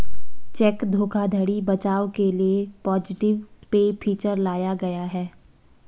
check धोखाधड़ी बचाव के लिए पॉजिटिव पे फीचर लाया गया है